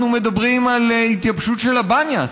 אנחנו מדברים על התייבשות של הבניאס,